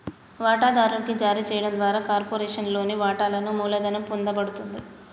వాటాదారునికి జారీ చేయడం ద్వారా కార్పొరేషన్లోని వాటాలను మూలధనం పొందబడతది